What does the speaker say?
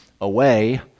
away